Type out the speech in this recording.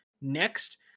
next